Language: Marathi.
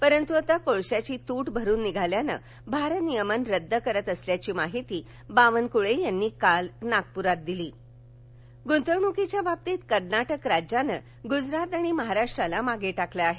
परंतु आता कोळशाची तूट भरून निघाल्यानं भारनियमन रद्द करत असल्याची माहिती बावनकुळे यांनी काल नागपुरात दिली गंतवणक ग्तवणुकीच्या वाबतीत कर्नाटक राज्यानं गुजरात आणि महाराष्ट्राला मागे टाकल आहे